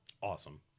Awesome